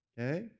okay